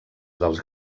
dels